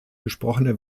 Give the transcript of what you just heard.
gesprochene